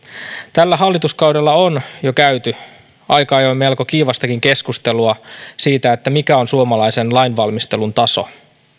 tällä hallituskaudella on jo käyty aika ajoin melko kiivastakin keskustelua siitä mikä on suomalaisen lainvalmistelun taso